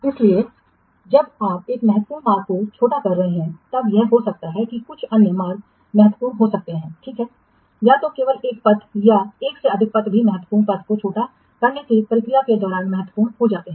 इसलिए जब आप एक महत्वपूर्ण मार्ग को छोटा कर रहे हैं तब यह हो सकता है कि कुछ अन्य मार्ग महत्वपूर्ण हो सकते हैं ठीक है या तो केवल एक पथ या एक से अधिक पथ भी महत्वपूर्ण पथ को छोटा करने की प्रक्रिया के दौरान महत्वपूर्ण हो जाते हैं